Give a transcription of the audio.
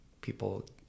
people